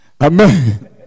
Amen